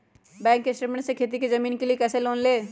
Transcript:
State bank से खेती की जमीन के लिए कैसे लोन ले?